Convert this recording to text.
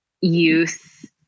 youth